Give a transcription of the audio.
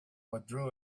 withdrew